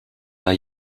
der